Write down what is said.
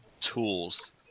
tools